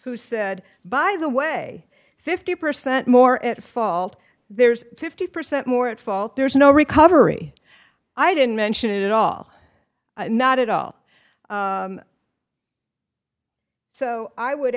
who said by the way fifty percent more at fault there's fifty percent more at fault there's no recovery i didn't mention it at all not at all so i would